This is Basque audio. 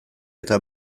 eta